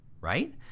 right